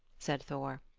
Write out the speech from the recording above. said thor.